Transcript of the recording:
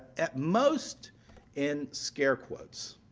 at most in scare quotes,